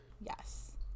Yes